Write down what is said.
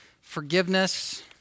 forgiveness